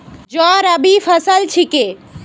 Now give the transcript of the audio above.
जौ रबी फसल छिके